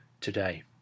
today